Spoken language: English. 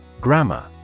Grammar